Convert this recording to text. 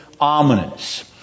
ominous